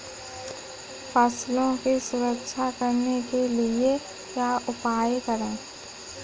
फसलों की सुरक्षा करने के लिए क्या उपाय करें?